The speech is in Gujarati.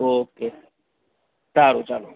ઓકે સારું ચાલો